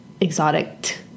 exotic